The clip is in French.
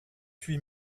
huit